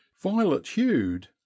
violet-hued